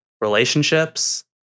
relationships